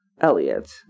Elliot